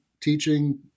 teaching